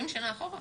60 שנה אחורה?